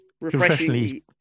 refreshingly